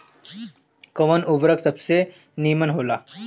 कवन उर्वरक सबसे नीमन होला?